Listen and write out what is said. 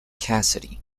cassidy